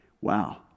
Wow